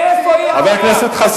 איפה החבורה הצעירה?